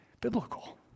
biblical